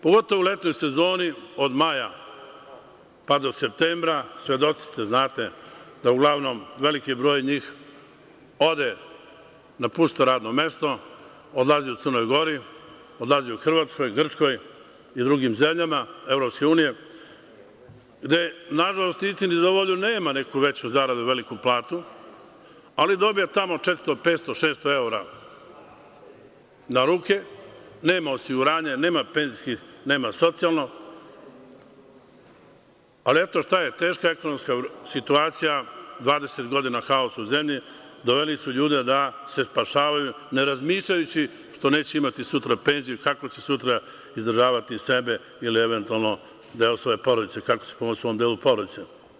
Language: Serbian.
Pogotovo u letnjoj sezoni od maja pa do septembra, svedoci ste znate da uglavnom veliki broj njih ode, napuste radno mesto, odlaze u Crnu Goru, odlaze u Hrvatsku, Grčku i drugim zemljama EU gde na žalost istini za volju nema neku veću zaradu, veliku platu, ali dobija tamo 400-500-600 evra na ruke, nema osiguranje, nema penzijsko, nema socijalno, ali eto šta je teška ekonomska situacija, 20 godina haosa u zemlji, doveli su ljude da se spašavaju, ne razmišljajući što neće imati sutra penziju, kako će sutra izdržavati sebe ili eventualno deo svoje porodice, kako će pomoći svom delu porodice.